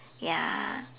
ya